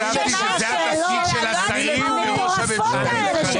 מה פשר השאלות המטורפות האלה שלך?